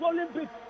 Olympic